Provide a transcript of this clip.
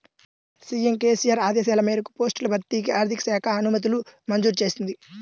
CM KCR ఆదేశాల మేరకు పోస్టుల భర్తీకి ఆర్థిక శాఖ అనుమతులు మంజూరు చేసింది